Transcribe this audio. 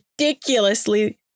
ridiculously